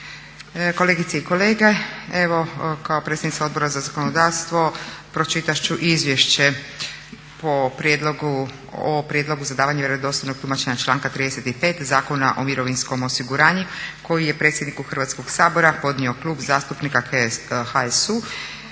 kolegice i kolege. Evo kao predsjednica Odbora za zakonodavstvo pročitat ću izvješće po prijedlogu, o prijedlogu za davanje vjerodostojnog tumačenja članka 35. Zakona o mirovinskom osiguranju koji je predsjedniku Hrvatskog sabora podnio Klub zastupnika HSU